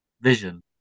Vision